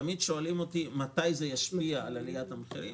תמיד שואלים אותי מתי זה ישפיע על עליית המחירים,